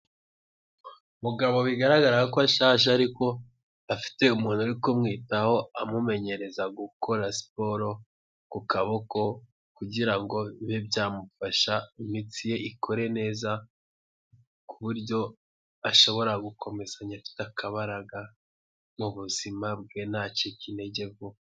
Umugabo bigaragara ko ashaje ariko afite umuntu uri kumwitaho amumenyereza gukora siporo ku kaboko kugira ngo bibe byamufasha imitsi ye ikore neza ku buryo ashobora gukomezanya afite akabaraga mu buzima bwe ntacike intege vuba.